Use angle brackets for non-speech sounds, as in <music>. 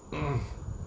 <noise>